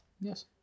Yes